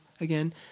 again